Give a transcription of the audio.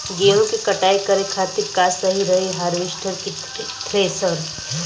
गेहूँ के कटाई करे खातिर का सही रही हार्वेस्टर की थ्रेशर?